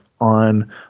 on